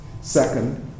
Second